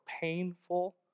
painful